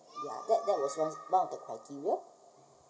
ya that that was one one of the criteria